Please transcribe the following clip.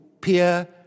peer